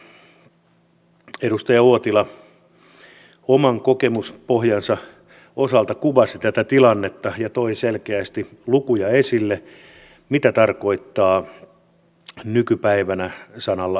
edustaja uotila oman kokemuspohjansa osalta kuvasi tätä tilannetta ja toi selkeästi esille lukuja että mitä tarkoittaa nykypäivänä sana lakko